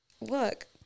look